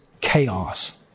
chaos